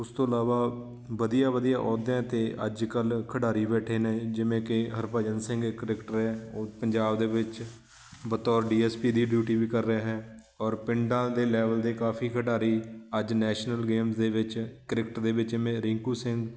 ਉਸ ਤੋਂ ਇਲਾਵਾ ਵਧੀਆ ਵਧੀਆ ਅਹੁਦਿਆਂ 'ਤੇ ਅੱਜ ਕੱਲ੍ਹ ਖਿਡਾਰੀ ਬੈਠੇ ਨੇ ਜਿਵੇਂ ਕਿ ਹਰਭਜਨ ਸਿੰਘ ਇੱਕ ਕ੍ਰਿਕਟਰ ਹੈ ਉਹ ਪੰਜਾਬ ਦੇ ਵਿੱਚ ਬਤੌਰ ਡੀਐੱਸਪੀ ਦੀ ਡਿਊਟੀ ਵੀ ਕਰ ਰਿਹਾ ਹੈ ਔਰ ਪਿੰਡਾਂ ਦੇ ਲੈਵਲ ਦੇ ਕਾਫ਼ੀ ਖਿਡਾਰੀ ਅੱਜ ਨੈਸ਼ਨਲ ਗੇਮਸ ਦੇ ਵਿੱਚ ਕ੍ਰਿਕਟ ਦੇ ਵਿੱਚ ਜਿਵੇਂ ਰਿੰਕੂ ਸਿੰਘ